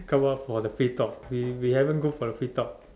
come out for the free talk we we haven't go for the free talk